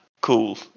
cool